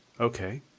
Okay